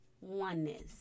oneness